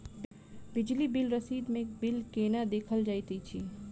बिजली बिल रसीद मे बिल केना देखल जाइत अछि?